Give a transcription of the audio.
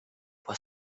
pour